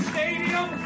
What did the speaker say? Stadium